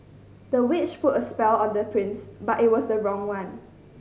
the witch put a spell on the prince but it was the wrong one